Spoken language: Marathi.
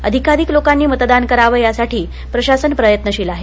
अधिकाधिक लोकांनी मतदान करावं यासाठी प्रशासन प्रयत्नशील आहे